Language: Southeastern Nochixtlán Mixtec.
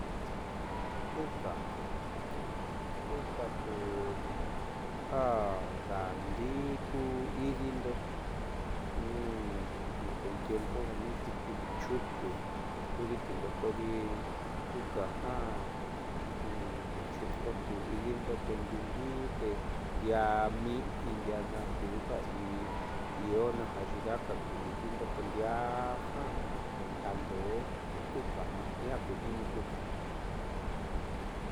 Kuka kuka kuja daandii ku idindo tniuu niko intiempo ja nixuuki'in chuuku kudiikindo kodi kukajiaa chi'indo kuidiindo teendiuundii te diaa mi'i ndiaa najkuja yiida'aka kui'diindo ko ndiaa ja ndadndo'o kukajiaa ku tniinu kuka.